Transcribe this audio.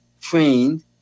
trained